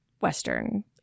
western